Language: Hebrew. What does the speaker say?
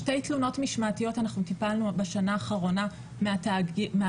שתי תלונות משמעתיות אנחנו טיפלנו בשנה האחרונה מהתאגיד,